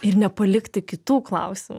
ir nepalikti kitų klausimų